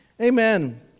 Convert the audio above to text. Amen